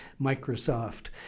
Microsoft